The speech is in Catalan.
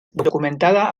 documentada